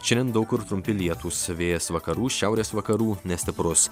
šiandien daug kur trumpi lietūs vėjas vakarų šiaurės vakarų nestiprus